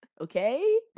Okay